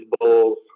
bulls